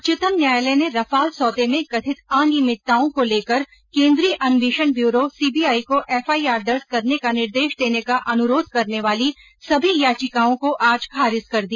उच्चतम न्यायालय ने रफाल सौदे में कथित अनियमितताओं को लेकर केंद्रीय अन्वेषण ब्यूरो सीबीआई को एफआईआर दर्ज करने का निर्देश देने का अनुरोध करने वाली सभी याचिकाओं को आज खारिज कर दिया